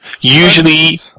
Usually